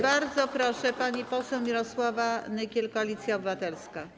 Bardzo proszę, pani poseł Mirosława Nykiel, Koalicja Obywatelska.